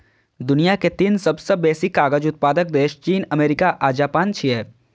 दुनिया के तीन सबसं बेसी कागज उत्पादक देश चीन, अमेरिका आ जापान छियै